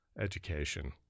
education